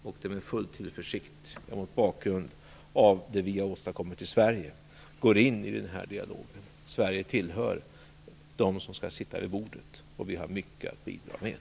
Det är med full tillförsikt och mot bakgrund av vad vi har åstadkommit i Sverige som jag går in i den här dialogen. Sverige tillhör dem som skall sitta vid bordet. Vi har mycket att bidra med.